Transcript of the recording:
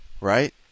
right